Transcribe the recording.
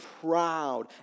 proud